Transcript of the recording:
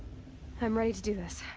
i'm ready to do this.